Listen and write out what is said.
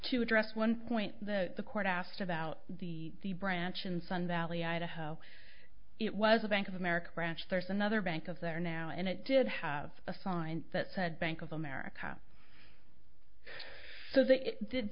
to address one point that the court asked about the the branch in sun valley idaho it was a bank of america branch there's another bank of there now and it did have a sign that said bank of america